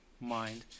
mind